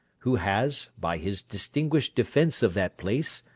who has, by his distinguished defence of that place,